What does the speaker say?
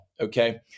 Okay